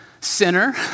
sinner